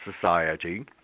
Society